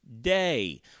day